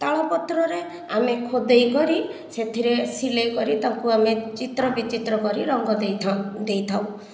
ତାଳପତ୍ରରେ ଆମେ ଖୋଦେଇ କରି ସେଥିରେ ସିଲେଇ କରି ତାକୁ ଆମେ ଚିତ୍ର ବିଚିତ୍ର କରି ରଙ୍ଗ ଦେଇଥାଉ ଦେଇଥାଉ